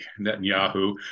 Netanyahu